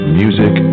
music